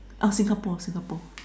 ah Singapore Singapore